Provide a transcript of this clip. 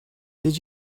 did